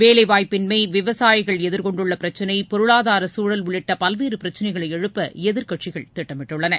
வேலைவாய்ப்பின்மை விவசாயிகள் எதிர்கொண்டுள்ள பிரச்சினை பொருளாதார சூழல் உள்ளிட்ட பல்வேறு பிரச்சினைகளை எழுப்ப எதிர்க்கட்சிகள் திட்டமிட்டுள்ளன